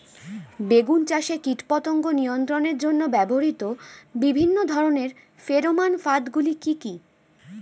বেগুন চাষে কীটপতঙ্গ নিয়ন্ত্রণের জন্য ব্যবহৃত বিভিন্ন ধরনের ফেরোমান ফাঁদ গুলি কি কি?